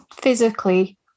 physically